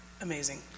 amazing